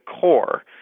core